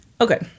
Okay